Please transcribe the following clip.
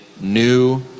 new